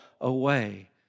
away